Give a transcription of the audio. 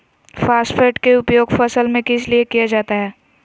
Phosphate की उपयोग फसल में किस लिए किया जाता है?